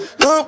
no